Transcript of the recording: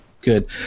Good